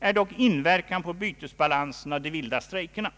är dock inverkan på bytesbalansen av de vilda strejkerna.